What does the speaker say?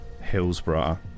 Hillsborough